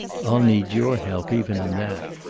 i'll need your help, even in that.